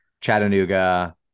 Chattanooga